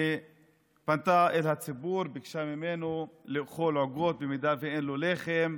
שפנתה אל הציבור וביקשה ממנו לאכול עוגות אם אין לו לחם.